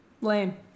Lame